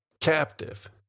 captive